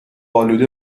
آلوده